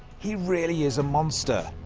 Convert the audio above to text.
he really is a monster.